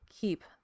keep